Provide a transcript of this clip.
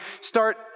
start